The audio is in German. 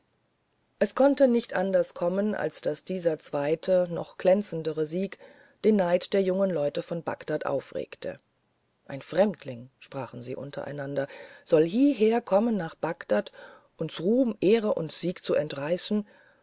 es konnte nicht anders kommen als daß dieser zweite noch glänzendere sieg den neid der jungen leute von bagdad aufregte ein fremdling sprachen sie untereinander soll hieher kommen nach bagdad uns ruhm ehre und sieg zu entreißen